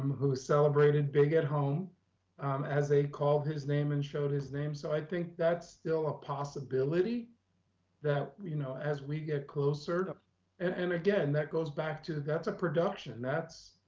who is celebrated big at home as a call his name and showed his name. so i think that's still a possibility that, you know, as we get closer and and again, that goes back to that's a production that's,